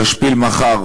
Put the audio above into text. ישפיל מחר